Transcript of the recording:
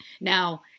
Now